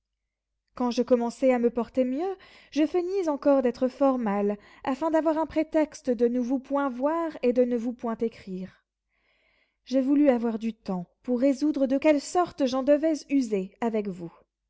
quand je commençai à me porter mieux je feignis encore d'être fort mal afin d'avoir un prétexte de ne vous point voir et de ne vous point écrire je voulus avoir du temps pour résoudre de quelle sorte j'en devais user avec vous